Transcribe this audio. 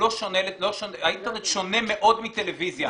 האינטרנט שונה מאוד מטלוויזיה.